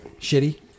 shitty